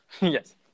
Yes